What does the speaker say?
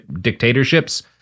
dictatorships